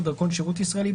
או דרכון שירות ישראלי,